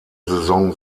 saison